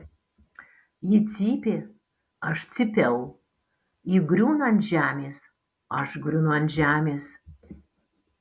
ji cypė aš cypiau ji griūna ant žemės aš griūnu ant žemės